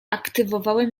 aktywowałem